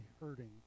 hurting